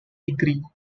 degree